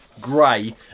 grey